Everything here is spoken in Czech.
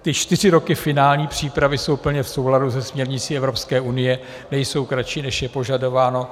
Ty čtyři roky finální přípravy jsou plně v souladu se směrnicí Evropské unie, nejsou kratší, než je požadováno.